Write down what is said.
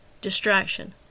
Distraction